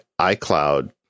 iCloud